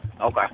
Okay